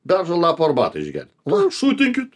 beržo lapų arbatą išgert nu šutinkit